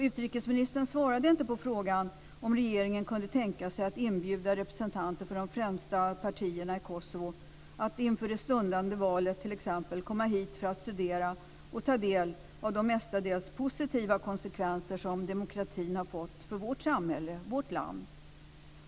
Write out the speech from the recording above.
Utrikesministern svarade inte på frågan om regeringen kunde tänka sig att inbjuda representanter för de främsta partierna i Kosovo att t.ex. inför det stundande valet kommma hit för att studera och ta del av de mestadels positiva konsekvenser som demokratin har fått för vårt samhälle, vårt land.